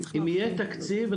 אם יהיה תקציב,